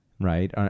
right